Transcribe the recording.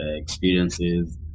experiences